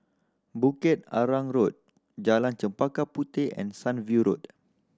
Bukit Arang Road Jalan Chempaka Puteh and Sunview Road